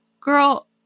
girl